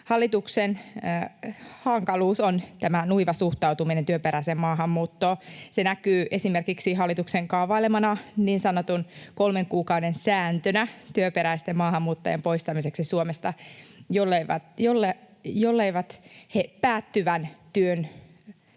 Hallituksen hankaluus on tämä nuiva suhtautuminen työperäiseen maahanmuuttoon. Se näkyy esimerkiksi hallituksen kaavailemana niin sanottuna kolmen kuukauden sääntönä työperäisten maahanmuuttajien poistamiseksi Suomesta, jolleivät he päättyvän työn